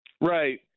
Right